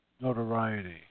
notoriety